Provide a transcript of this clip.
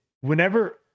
whenever